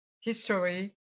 history